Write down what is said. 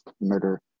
murder